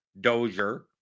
Dozier